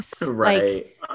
right